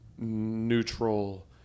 neutral